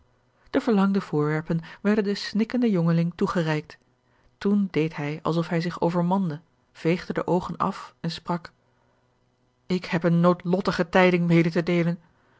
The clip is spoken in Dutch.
de verlangde voorwerpen werden den snikkenden jongeling toegereikt toen deed hij alsof hij zich overmande veegde de oogen af en sprak ik heb eene noodlottige tijding mede te deelen